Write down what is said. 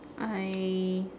I